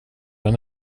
den